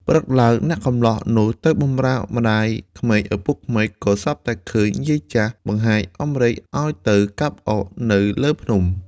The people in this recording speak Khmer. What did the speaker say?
ព្រឹកឡើង អ្នកកម្លោះនោះទៅបម្រើម្តាយក្មេកឪពុកក្មេក ក៏ស្រាប់តែឃើញយាយចាស់ បង្ហាញអំរែកឲ្យទៅកាប់អុសនៅលើភ្នំ។